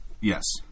Yes